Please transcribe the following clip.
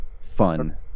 fun